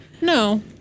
no